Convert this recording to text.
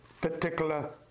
particular